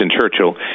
Churchill